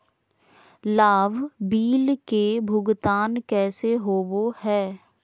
लाभ बिल के भुगतान कैसे होबो हैं?